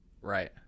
Right